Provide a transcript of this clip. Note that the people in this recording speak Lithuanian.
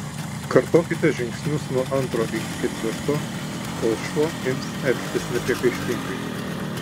kartokite žingsnius nuo antro iki ketvirto kol šuo ims elgtis nepriekaištingai